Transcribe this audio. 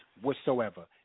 whatsoever